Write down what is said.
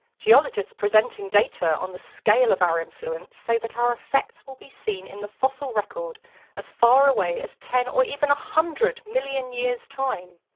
geologists presenting data on the scale of our influence say that our effects will be seen in the fossil record as far away as ten or even one hundred million years time.